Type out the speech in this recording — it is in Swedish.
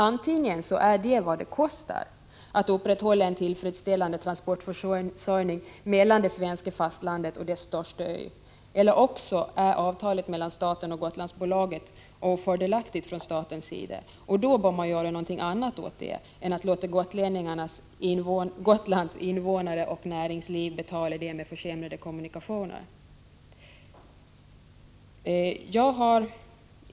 Antingen är det vad det kostar att upprätthålla en tillfredsställande transportförsörjning mellan det svenska fastlandet och Sveriges största ö, eller också är avtalet mellan staten och Gotlandsbolaget ofördelaktigt för staten, som då bör göra något annat åt det än att låta Gotlands invånare och näringsliv betala med försämrade kommunikationer.